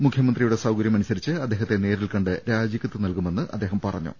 മുഖ്യമന്ത്രിയുടെ സൌകരൃം അനുസരിച്ച് അദ്ദേഹത്തെ നേരിൽ കണ്ട് രാജിക്കത്ത് നൽകുമെന്ന് അദ്ദേഹം പറ ഞ്ഞു